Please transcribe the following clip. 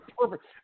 perfect